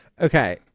Okay